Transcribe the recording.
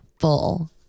Full